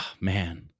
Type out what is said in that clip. man